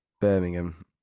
Birmingham